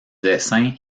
dessin